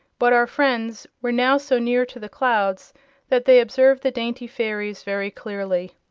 but our friends were now so near to the clouds that they observed the dainty fairies very clearly.